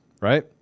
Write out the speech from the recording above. right